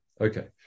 Okay